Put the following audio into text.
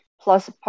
plus